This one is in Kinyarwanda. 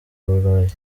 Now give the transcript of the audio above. burayi